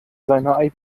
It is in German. seine